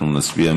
אנחנו נצביע.